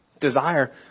Desire